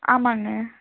ஆமாங்க